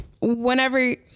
whenever